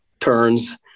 turns